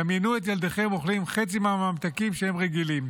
דמיינו את ילדיכם אוכלים חצי מהממתקים שהם רגילים.